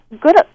good